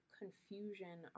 confusion